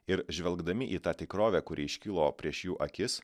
ir žvelgdami į tą tikrovę kuri iškilo prieš jų akis